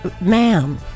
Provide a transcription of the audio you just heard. ma'am